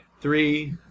three